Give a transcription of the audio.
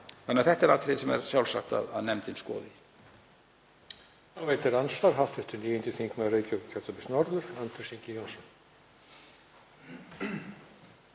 Þannig að þetta er atriði sem er sjálfsagt að nefndin skoði.